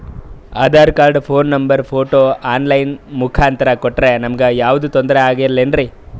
Aadhaar card, phone number, photo online ಮುಖಾಂತ್ರ ಕೊಟ್ರ ನಮಗೆ ಯಾವುದೇ ತೊಂದ್ರೆ ಆಗಲೇನ್ರಿ?